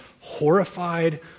horrified